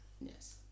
Yes